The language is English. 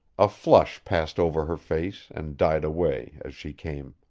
a flush passed over her face and died away as she came.